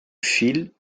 fil